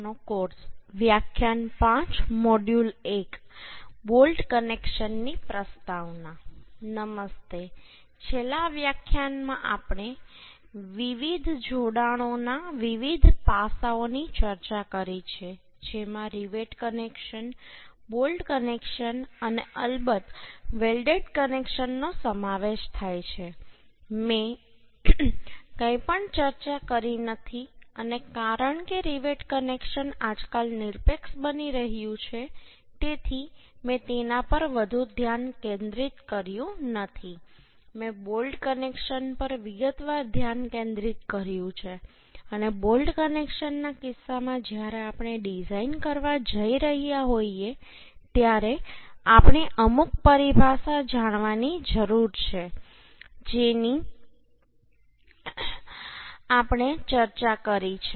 નમસ્તે છેલ્લા વ્યાખ્યાનમાં આપણે વિવિધ જોડાણોના વિવિધ પાસાઓની ચર્ચા કરી છે જેમાં રિવેટ કનેક્શન બોલ્ટ કનેક્શન અને અલબત્ત વેલ્ડેડ કનેક્શનનો સમાવેશ થાય છે મેં કંઈપણ ચર્ચા કરી નથી અને કારણ કે રિવેટ કનેક્શન આજકાલ નિરપેક્ષ બની રહ્યું છે તેથી મેં તેના પર વધુ ધ્યાન કેન્દ્રિત કર્યું નથી મેં બોલ્ટ કનેક્શન પર વિગતવાર ધ્યાન કેન્દ્રિત કર્યું છે અને બોલ્ટ કનેક્શનના કિસ્સામાં જ્યારે આપણે ડિઝાઈન કરવા જઈ રહ્યા હોઈએ ત્યારે આપણે અમુક પરિભાષા જાણવાની જરૂર છે જેની આપણે ચર્ચા કરી છે